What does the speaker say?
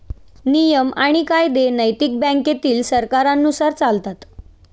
नियम आणि कायदे नैतिक बँकेतील सरकारांनुसार चालतात